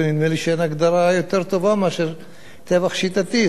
ונדמה לי שאין הגדרה יותר טובה מאשר טבח שיטתי.